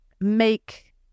make